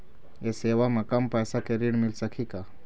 ये सेवा म कम पैसा के ऋण मिल सकही का?